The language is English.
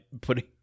putting